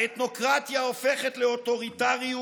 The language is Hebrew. האתנוקרטיה הופכת לאוטוריטריות,